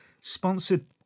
sponsored